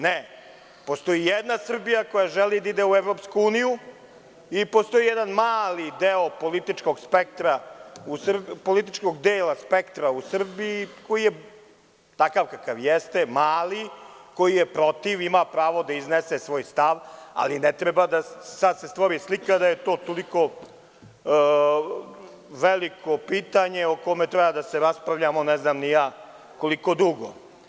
Ne, postoji jedna Srbija koja želi da ide u EU i postoji jedan mali deo političkog dela spektra u Srbiji koji je takav kakav jeste, mali, koji je protiv i ima pravo da iznese svoj stav, ali ne treba sada da se stvori slika da je to toliko velik pitanje o kome treba da se raspravljamo ne znam ni ja koliko dugo.